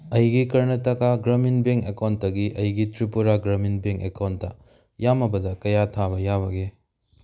ꯑꯩꯒꯤ ꯀꯔꯅꯥꯇꯀꯥ ꯒ꯭ꯔꯥꯃꯤꯟ ꯕꯦꯡ ꯑꯦꯀꯥꯎꯟꯇꯒꯤ ꯑꯩꯒꯤ ꯇ꯭ꯔꯤꯄꯨꯔꯥ ꯒ꯭ꯔꯥꯃꯤꯟ ꯕꯦꯡ ꯑꯦꯀꯥꯎꯟꯇ ꯌꯥꯝꯃꯕꯗ ꯀꯌꯥ ꯊꯥꯕ ꯌꯥꯕꯒꯦ